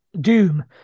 doom